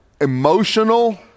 emotional